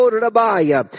rabaya